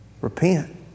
Repent